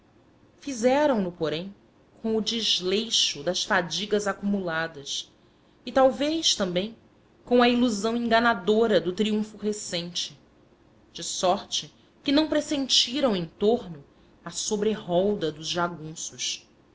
acamparam fizeram no porém com o desleixo das fadigas acumuladas e talvez também com a ilusão enganadora do triunfo recente de sorte que não pressentiram em torno a sobrerolda dos jagunços